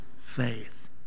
faith